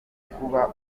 kuba